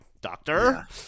doctor